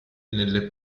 nelle